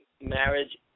marriage